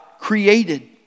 created